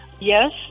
Yes